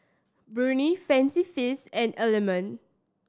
Burnie Fancy Feast and Element